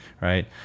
right